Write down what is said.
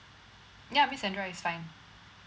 ya miss sandra is fine